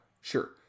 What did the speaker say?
sure